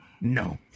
No